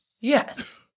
Yes